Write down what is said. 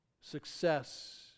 success